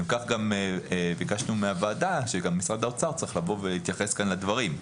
לשם כך ביקשנו מהוועדה שגם משרד האוצר יבוא ויתייחס כאן לדברים.